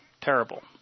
terrible